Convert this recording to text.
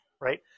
right